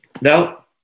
Now